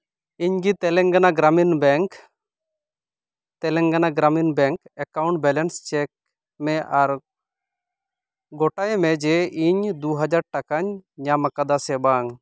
ᱤᱧᱟᱹᱜ Telangana Grameen bank Telangana Grameen bank account balance check ᱢᱮ ᱟᱨ ᱜᱳᱴᱟᱭ ᱢᱮ ᱡᱮ ᱤᱧ ᱫᱩ ᱦᱟᱡᱟᱨ ᱴᱟᱠᱟᱧ ᱧᱟᱢ ᱠᱟᱫᱟ ᱥᱮ ᱵᱟᱝ